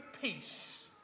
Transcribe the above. peace